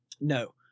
No